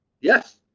Yes